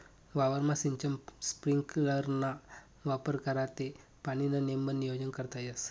वावरमा सिंचन स्प्रिंकलरना वापर करा ते पाणीनं नेमबन नियोजन करता येस